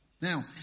Now